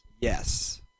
Yes